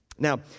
Now